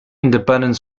independent